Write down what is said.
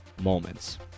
moments